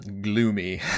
Gloomy